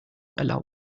erlauben